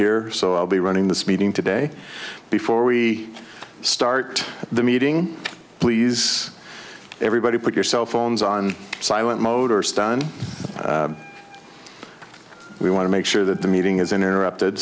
here so i'll be running this meeting today before we start the meeting please everybody put your cell phone is on silent mode or stun we want to make sure that the meeting is interrupted